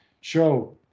show